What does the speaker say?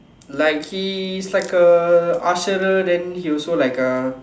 like he is like a usherer then he also like a